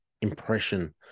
impression